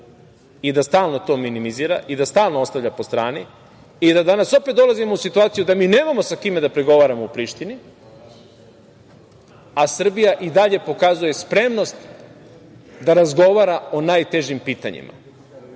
i da stalno to minimizira, da stalno ostavlja po strani i da danas opet dolazimo u situaciju da nemamo sa kime da pregovaramo u Prištini, a Srbija i dalje pokazuje spremnost da razgovara o najtežim pitanjima,